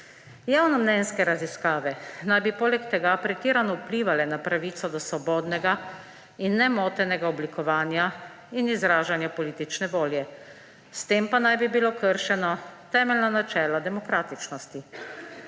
Javnomnenjske raziskave naj bi poleg tega pretirano vplivale na pravico do svobodnega in nemotenega oblikovanja in izražanja politične volje, s tem pa naj bi bilo kršeno temeljno načelo demokratičnosti.